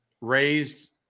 raised